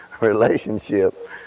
relationship